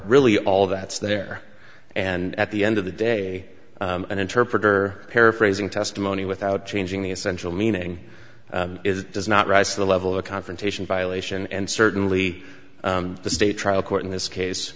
really all that's there and at the end of the day an interpreter paraphrasing testimony without changing the essential meaning is does not rise to the level of a confrontation violation and certainly the state trial court in this case